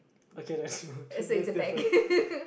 okay that's no dude that's different